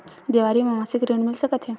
देवारी म मासिक ऋण मिल सकत हे?